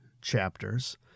chapters